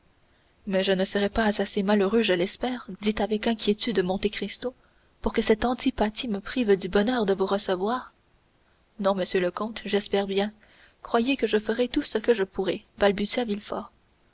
mais je ne serai pas assez malheureux je l'espère dit avec inquiétude monte cristo pour que cette antipathie me prive du bonheur de vous recevoir non monsieur le comte j'espère bien croyez que je ferai tout ce que je pourrai balbutia